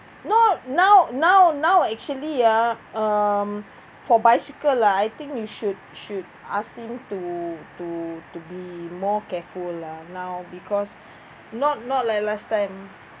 no now now now actually ah um for bicycle lah I think we should should ask him to to to be more careful lah now because not not like last time